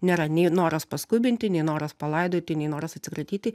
nėra nei noras paskubinti nei noras palaidoti nei noras atsikratyti